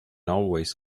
always